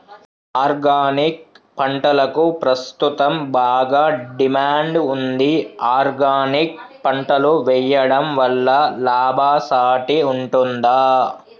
Organic పంటలకు ప్రస్తుతం బాగా డిమాండ్ ఉంది ఆర్గానిక్ పంటలు వేయడం వల్ల లాభసాటి ఉంటుందా?